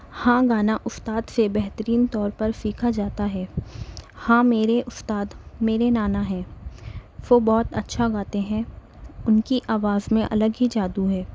ہاں گانا استاد سے بہترین طور پر سیکھا جاتا ہے ہاں میرے استاد میرے نانا ہیں وہ بہت اچھا گاتے ہیں ان کی آواز میں الگ ہی جادو ہے